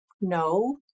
no